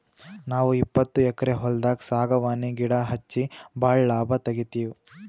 ನಾವ್ ಇಪ್ಪತ್ತು ಎಕ್ಕರ್ ಹೊಲ್ದಾಗ್ ಸಾಗವಾನಿ ಗಿಡಾ ಹಚ್ಚಿ ಭಾಳ್ ಲಾಭ ತೆಗಿತೀವಿ